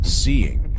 seeing